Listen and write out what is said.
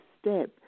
step